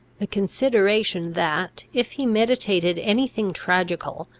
the consideration that, if he meditated any thing tragical,